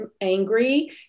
angry